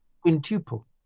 quintuple